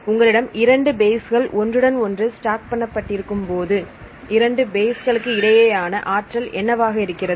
உங்களிடம் இரண்டு பேஸ் கல் ஒன்றுடன் ஒன்று ஸ்டாக் பண்ண பட்டிருக்கும் போது இரண்டு பேஸ்களுக்கு கிடையான ஆற்றல் என்னவாக இருக்கிறது